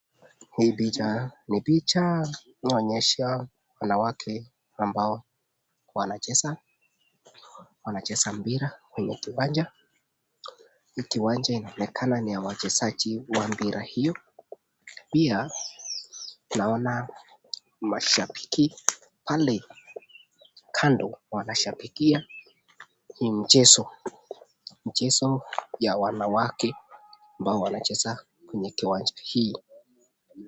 Hii picha ni picha inaonyesha wanawake ambao wanacheza mpira kwenye kiwanja. Hii kiwanja inaoneka ni ya wachezaji wa mpira hiyo. Pia naona mashabiki pale kando wanashabikia hii mchezo. Mchezo ya wanawake ambao wanacheza kwa kiwanja hii.